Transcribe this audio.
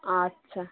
আচ্ছা